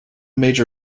major